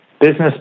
business